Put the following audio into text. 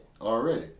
already